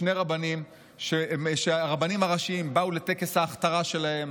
שני רבנים שהרבנים הראשיים באו לטקס ההכתרה שלהם,